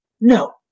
No